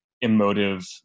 emotive